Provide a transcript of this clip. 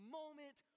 moment